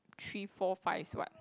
three four five is what